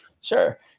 sure